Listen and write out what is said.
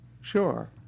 sure